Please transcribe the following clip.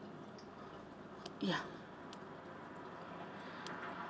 ya